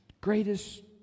greatest